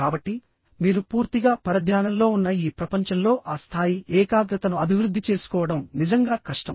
కాబట్టి మీరు పూర్తిగా పరధ్యానంలో ఉన్న ఈ ప్రపంచంలో ఆ స్థాయి ఏకాగ్రతను అభివృద్ధి చేసుకోవడం నిజంగా కష్టం